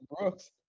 Brooks